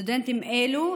סטודנטים אלה,